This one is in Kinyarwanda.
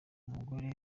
umugore